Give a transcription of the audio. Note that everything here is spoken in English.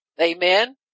Amen